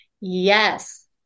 Yes